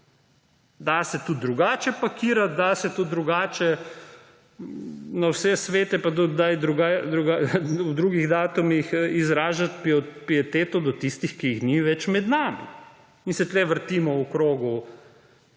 Da se tudi drugače pakirati, da se tudi drugače na vse svete pa ob drugih datumih izražati pieteto do tistih, ki jih ni več med nami. In se tu vrtimo v krogu,